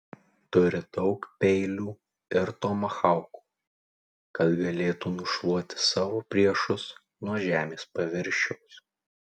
turi daug peilių ir tomahaukų kad galėtų nušluoti savo priešus nuo žemės paviršiaus